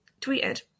tweeted